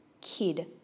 kid